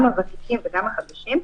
גם הוותיקים וגם החדשים.